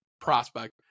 prospect